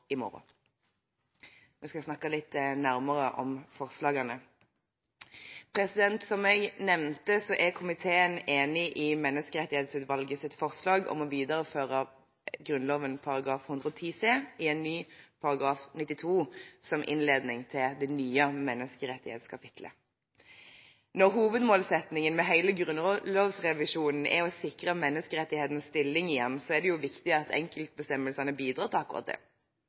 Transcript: i morgen. Vi skal snakke litt nærmere om forslagene. Som jeg nevnte, er komiteen enig i Menneskerettighetsutvalgets forslag om å videreføre Grunnloven § 110 c i en ny § 92 som innledning til det nye menneskerettighetskapittelet. Når hovedmålsettingen med hele grunnlovsrevisjonen er å sikre menneskerettighetenes stilling igjen, er det viktig at enkeltbestemmelsene bidrar til akkurat det.